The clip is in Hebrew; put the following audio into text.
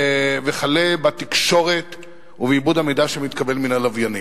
וכלה בתקשורת ובעיבוד המידע שמתקבל מן הלוויינים.